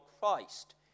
Christ